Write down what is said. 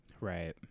right